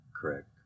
Correct